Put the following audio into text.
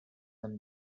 them